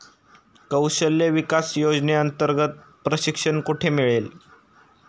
कौशल्य विकास योजनेअंतर्गत प्रशिक्षण कुठे मिळेल?